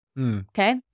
Okay